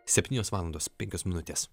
septynios valandos penkios minutės